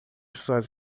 pessoas